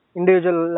Individual